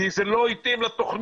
כי זה לא התאים לתכנית.